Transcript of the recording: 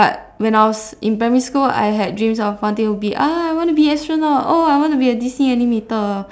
but when I was in primary school I had dreams of wanting to be ah I want to be astronaut oh I want to be a D_C animator